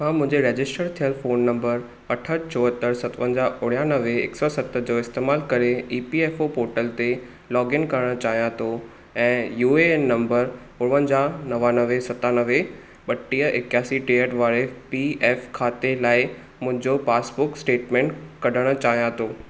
मां मुंहिंजे रजिस्टरु थियलु फ़ोन नंबरु अठहठि चोहतरि सतवंजाहु उणयानवे हिकु सौ सत जो इस्तैमालु करे ईपीएफ़ो पोर्टलु ते लोग इन करण चाहियां थो ऐं यूऐन नंबर उणवंजाहु नवानवे सतानवे ब॒टीह एकयासी टेहठि वारे पीएफ़ खाते लाइ मुंहिंजो पासबुक स्टेटमेंटु कढणु चाहियां थो